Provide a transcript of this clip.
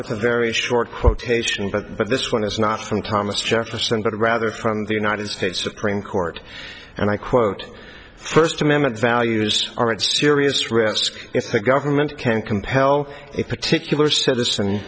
with a very short quotation but this one is not from thomas jefferson but rather from the united states supreme court and i quote first amendment values are at serious risk if the government can't compel a particular